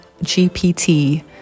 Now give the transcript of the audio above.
GPT